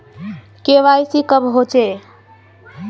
KYC कब होचे?